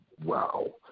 wow